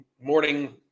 morning